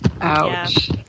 Ouch